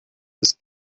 ist